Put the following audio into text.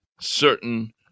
certain